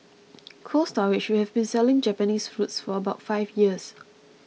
Cold Storage which has been selling Japanese fruits for about five years